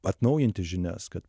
atnaujinti žinias kad